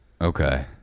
Okay